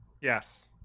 Yes